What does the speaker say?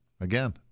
Again